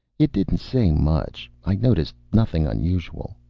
it didn't say much. i noticed nothing unusual.